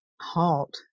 halt